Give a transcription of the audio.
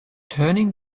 turning